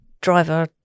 driver